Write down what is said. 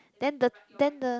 then the then the